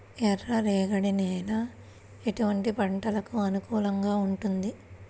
ఎర్ర రేగడి నేల ఎటువంటి పంటలకు అనుకూలంగా ఉంటుంది?